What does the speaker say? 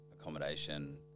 accommodation